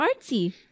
artsy